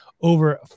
Over